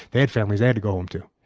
they had families they had to go home to.